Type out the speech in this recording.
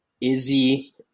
Izzy